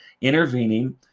intervening